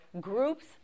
groups